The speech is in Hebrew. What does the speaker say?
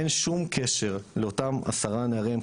אין שום קשר לאותם 10 נערים,